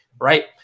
right –